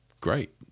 great